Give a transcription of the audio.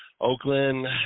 Oakland